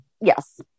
Yes